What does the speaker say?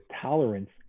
tolerance